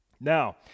Now